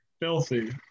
Filthy